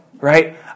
right